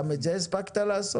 גם את זה הספקת לעשות?